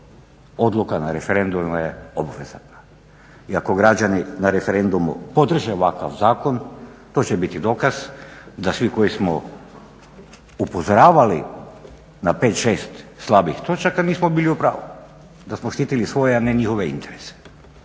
Odluka na referendumima je obvezna i ako građani na referendumu podrže ovakav zakon to će biti dokaz da svi koji smo upozoravali na 5, 6 slabih točaka, nismo bili u pravu, da smo štitili svoje a ne njihove interese